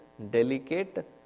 Delicate